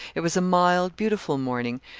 it was a mild beautiful morning,